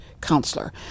counselor